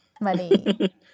Money